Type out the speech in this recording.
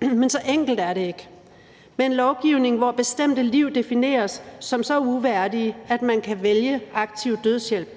Men så enkelt er det ikke. Med en lovgivning, hvor bestemte liv defineres som så uværdige, at man kan vælge aktiv dødshjælp,